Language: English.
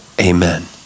Amen